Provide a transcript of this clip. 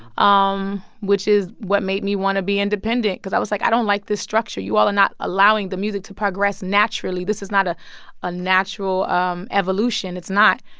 um which is what made me want to be independent, because i was like, i don't like this structure. you all are not allowing the music to progress naturally. this is not a ah natural um evolution. it's not.